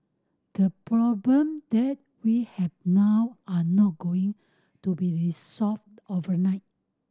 the problem that we have now are not going to be resolved overnight